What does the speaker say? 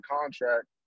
contract